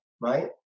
right